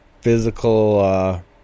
physical